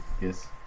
Yes